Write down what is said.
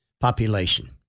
population